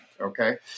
okay